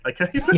okay